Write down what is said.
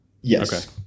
Yes